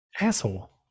asshole